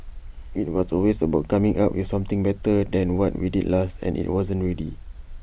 IT was always about coming up with something better than what we did last and IT wasn't ready